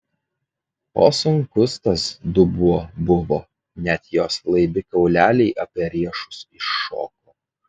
o sunkus tas dubuo buvo net jos laibi kauleliai apie riešus iššoko